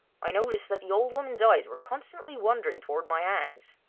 i noticed that the old woman's eyes were constantly wandering towards my hands.